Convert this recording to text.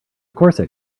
corset